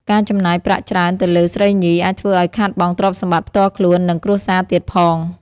ការចំណាយប្រាក់ច្រើនទៅលើស្រីញី អាចធ្វើឱ្យខាតបង់ទ្រព្យសម្បត្តិផ្ទាល់ខ្លួន និងគ្រួសារទៀងផង។